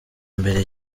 mbere